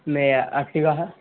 میں ایکٹوا ہے